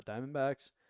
Diamondbacks